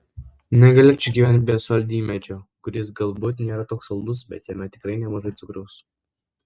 negalėčiau gyventi be saldymedžio kuris galbūt nėra toks saldus bet jame tikrai nemažai cukraus